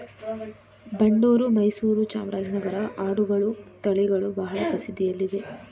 ಬಂಡೂರು, ಮೈಸೂರು, ಚಾಮರಾಜನಗರನ ಆಡುಗಳ ತಳಿಗಳು ಬಹಳ ಪ್ರಸಿದ್ಧಿಯಲ್ಲಿವೆ